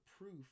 proof